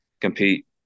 compete